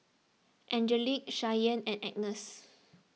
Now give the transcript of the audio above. Angelic Shyann and Agness